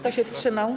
Kto się wstrzymał?